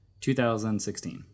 2016